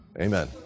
Amen